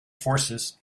forces